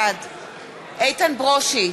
בעד איתן ברושי,